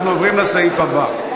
אנחנו עוברים לסעיף הבא: